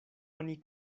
oni